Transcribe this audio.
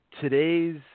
today's